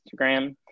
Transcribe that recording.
Instagram